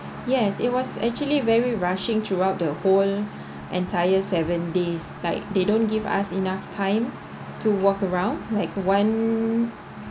yes it was actually very rushing throughout the whole entire seven days like they don't give us enough time to walk around like one